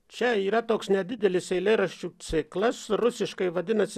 čia yra toks nedidelis eilėraščių ciklas rusiškai vadinasi